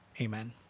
Amen